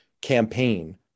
campaign